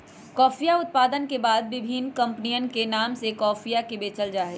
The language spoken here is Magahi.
कॉफीया उत्पादन के बाद विभिन्न कमपनी के नाम से कॉफीया के बेचल जाहई